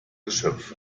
geschöpf